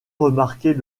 remarquer